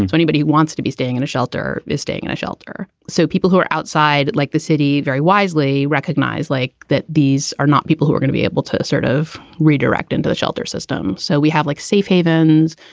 anybody who wants to be staying in a shelter is staying in a shelter. so people who are outside like the city very wisely recognize like that. these are not people who are gonna be able to sort of redirect into the shelter system. so we have like safe havens,